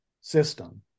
system